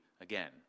again